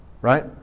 Right